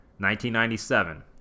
1997